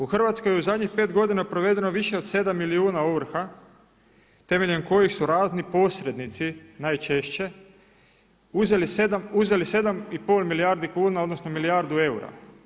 U Hrvatskoj je u zadnjih 5 godina provedeno više od 7 milijuna ovrha temeljem kojih su razni posrednici najčešće uzeli 7,5 milijardi kuna odnosno milijardu eura.